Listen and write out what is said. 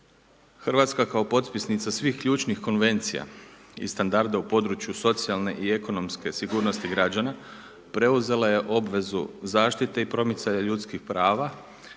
Hrvatska kao potpisnica ključnih konvencija i standarda u području socijalne i ekonomske sigurnosti građana preuzela je obvezu zaštite i promicanje ljudskih prava